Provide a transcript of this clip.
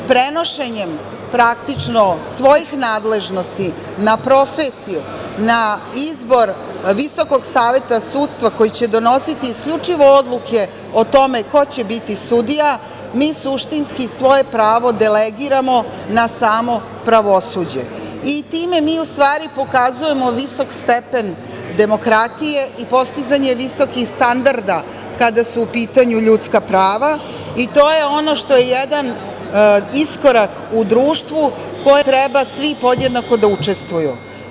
Prenošenjem praktično svojih nadležnosti na profesije na izbor Visokog saveta sudstva koji će donositi isključivo odluke o tome ko će biti sudija mi suštinski svoje pravo delegiramo na samo pravosuđe i time mi u stvari pokazujemo visok stepen demokratije i postizanje visokih standarda kada su u pitanju ljudska prava i to je ono što je jedan iskorak u društvu kojem treba svi podjednako da učestvuju.